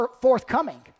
forthcoming